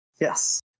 Yes